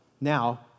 Now